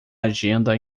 agenda